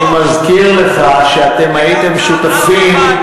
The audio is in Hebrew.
אני מזכיר לך שאתם הייתם שותפים,